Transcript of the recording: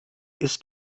ist